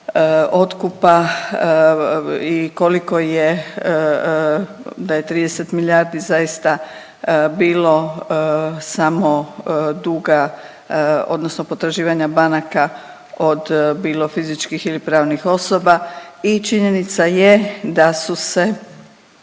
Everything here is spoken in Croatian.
otkupa i koliko je, da je 30 milijardi zaista bilo samo duga odnosno potraživanja banaka od, bilo fizičkih ili pravnih osoba i činjenica je da su se